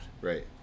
Right